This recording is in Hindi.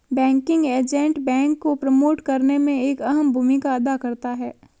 बैंकिंग एजेंट बैंक को प्रमोट करने में एक अहम भूमिका अदा करता है